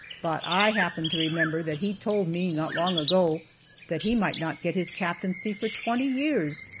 but i happen to remember that he told me not long ago that he might not get his captaincy for twenty years.